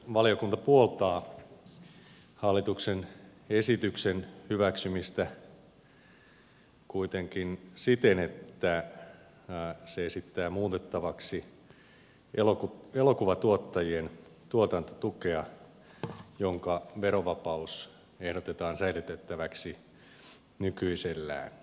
valiokunta puoltaa hallituksen esityksen hyväksymistä kuitenkin siten että se esittää muutettavaksi elokuvatuottajien tuotantotukea jonka verovapaus ehdotetaan säilytettäväksi nykyisellään